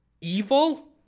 Evil